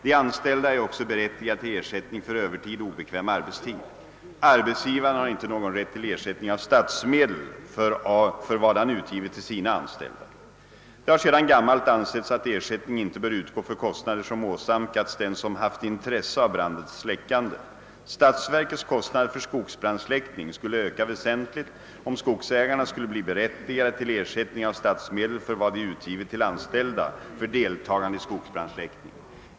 De anställda är också berättigade till ersättning för övertid och obekväm arbetstid. Arbetsgivaren har inte någon rätt till ersättning av statsmedel för vad han utgivit till sina anställda. Det har sedan gammalt ansetts att ersättning inte bör utgå för kostnader som åsamkats den som haft intresse av brandens släckande. Statsverkets kostnader för skogsbrandsläckning skuile öka väsentligt, om skogsägarna skulle bli berättigade till ersättning av statsmedel för vad de utgivit till anställda för deltagande i skogsbrandsläckning.